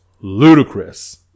ludicrous